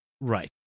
Right